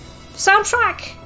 soundtrack